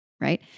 right